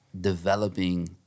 developing